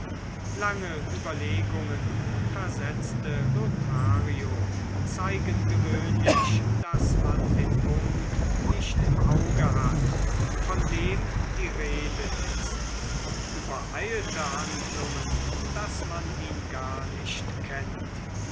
lange überlegungen versetzte lothario zeigen gewöhnlich daß man den punkt nicht im auge hat von dem die rede ist übereilte handlungen daß man ihn gar nicht kennt